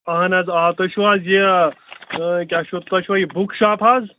اہَن حظ آ تُہۍ چھُو حظ یہِ کیٛاہ چھُو تۅہہِ چھَوا یہِ بُک شاپ حظ